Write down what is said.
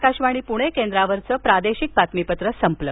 आकाशवाणी पुणे केंद्रावरचं प्रादेशिक बातमीपत्र संपलं